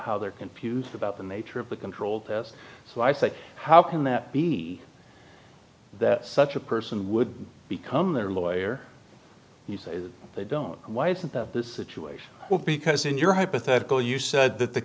how they're confused about the nature of the controlled test so i say how can that be that such a person would become their lawyer and you say they don't why it's in this situation because in your hypothetical you said that the